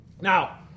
Now